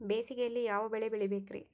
ಬೇಸಿಗೆಯಲ್ಲಿ ಯಾವ ಬೆಳೆ ಬೆಳಿಬೇಕ್ರಿ?